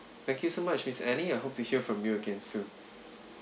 thank you so much miss annie I hope to hear from you again soon